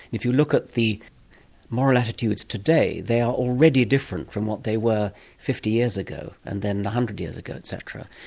if you look at the moral attitudes today they are already different from what they were fifty years ago and then one hundred years ago et cetera.